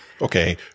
Okay